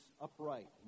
upright